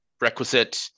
Requisite